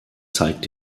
zeigt